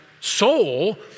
soul